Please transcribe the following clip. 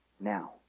now